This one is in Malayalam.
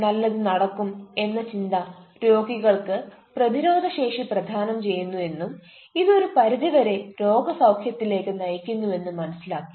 നല്ലത് നടക്കും എന്ന ചിന്ത രോഗികൾക്ക് പ്രതിരോധ ശേഷി പ്രധാനം ചെയ്യുന്നു എന്നും ഇത് ഒരു പരിധിവരെ രോഗ സൌഖ്യത്തിലേക്ക് നയിക്കുന്നു എന്നും മനസിലാക്കി